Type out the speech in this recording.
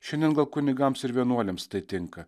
šiandien gal kunigams ir vienuoliams tai tinka